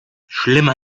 schlimmer